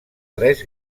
tres